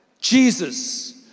Jesus